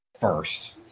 first